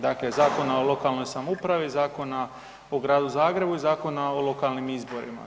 Dakle, Zakona o lokalnoj samoupravi, Zakona o gradu Zagrebu i Zakona o lokalnim izborima.